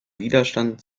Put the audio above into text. widerstand